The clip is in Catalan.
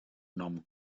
nom